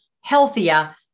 healthier